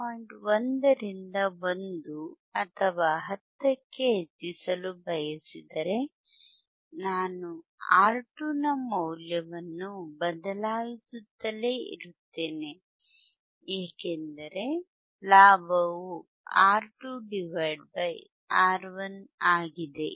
1 ರಿಂದ 1 ಅಥವಾ 10 ಕ್ಕೆ ಹೆಚ್ಚಿಸಲು ಬಯಸಿದರೆ ನಾನು R2 ನ ಮೌಲ್ಯವನ್ನು ಬದಲಾಯಿಸುತ್ತಲೇ ಇರುತ್ತೇನೆ ಏಕೆಂದರೆ ಲಾಭವು R2 R1 ಆಗಿದೆ